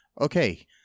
Okay